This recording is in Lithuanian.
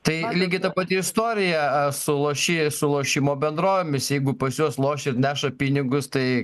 tai lygiai ta pati istorija sulošė su lošimo bendrovėmis jeigu pas juos lošia ir neša pinigus tai